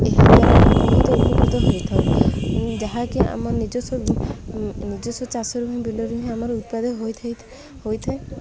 ଏହା ବହୁତ ଉପକୃତ ହୋଇଥାଉ ଯାହାକି ଆମ ନିଜସ୍ୱ ନିଜସ୍ୱ ଚାଷରୁ ହିଁ ବିଲରେ ହିଁ ଆମର ଉତ୍ପାଦ ହୋଇଥା ହୋଇଥାଏ